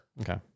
Okay